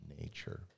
nature